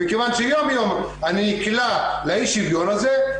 ומכיוון שיום יום אני נקלע לאי שוויון הזה,